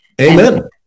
Amen